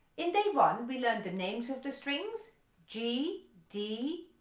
in day one we learned the names of the strings g, d,